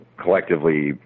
collectively